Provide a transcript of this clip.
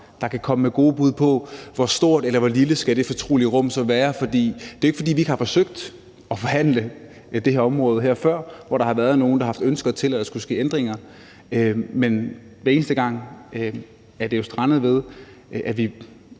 der kan komme med gode bud på, hvor stort eller hvor lille det fortrolige rum så skal være? Det er jo ikke, fordi vi ikke har forsøgt at forhandle det her område før, hvor der været nogle, der har haft ønsker til, at der skulle ske ændringer, men hver eneste gang er det jo strandet ved, at vi